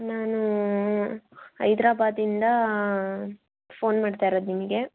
ನಾನು ಹೈದ್ರಾಬಾದಿಂದ ಫೋನ್ ಮಾಡ್ತಾಯಿರೋದು ನಿಮಗೆ